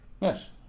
Yes